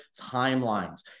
timelines